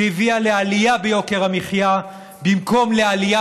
שהביאה לעלייה ביוקר המחיה במקום לעלייה